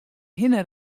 hinne